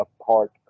apart